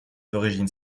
d’origine